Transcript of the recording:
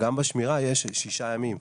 גם בשמירה יש שישה ימים.